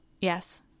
Yes